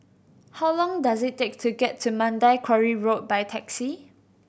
how long does it take to get to Mandai Quarry Road by taxi